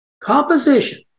Composition